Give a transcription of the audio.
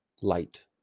light